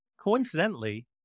Coincidentally